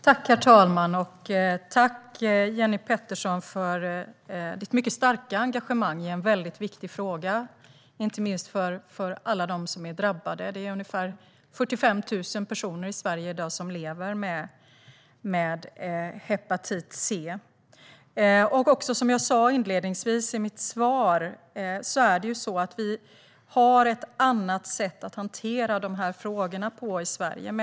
Herr talman! Tack, Jenny Petersson, för ditt mycket starka engagemang i en väldigt viktig fråga! Den är viktig inte minst för alla de som är drabbade. Ungefär 45 000 personer i Sverige lever i dag med hepatit C. Som jag sa inledningsvis i mitt svar har vi ett annat sätt att hantera de här frågorna i Sverige.